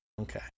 Okay